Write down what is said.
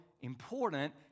important